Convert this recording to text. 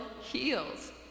heals